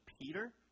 Peter